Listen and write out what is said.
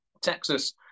Texas